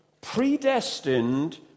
predestined